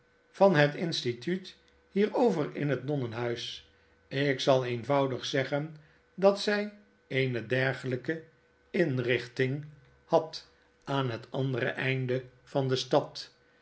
van het instituut hier over in het nonnenhuis ik zal eenvoudig zeggen dat zij eene dergelijke in ytl z yn wy'iv hy lfmw ytgw wwppwwi mmm mmmmmmm het geheim tan edwin drood richting had aan het andere einde van de stad